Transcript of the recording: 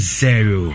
zero